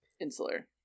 insular